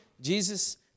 Jesus